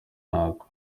ntako